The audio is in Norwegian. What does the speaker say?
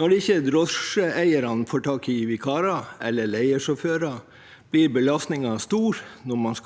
Når ikke drosjeeierne får tak i vikarer eller leiesjåfører, blir belastningen stor når man